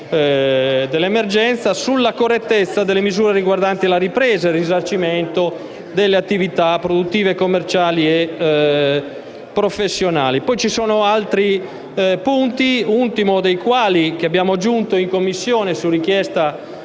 dell'emergenza, la correttezza delle misure riguardanti la ripresa e il risarcimento delle attività produttive, commerciali e professionali. Ci sono poi altri punti, l'ultimo dei quali è stato aggiunto in Commissione su richiesta